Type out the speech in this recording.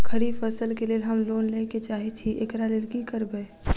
खरीफ फसल केँ लेल हम लोन लैके चाहै छी एकरा लेल की करबै?